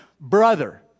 brother